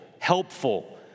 helpful